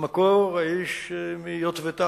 במקור האיש מיוטבתה,